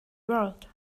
world